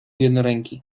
jednoręki